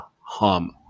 hum